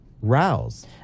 rouse